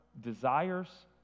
desires